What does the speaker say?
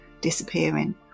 disappearing